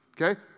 Okay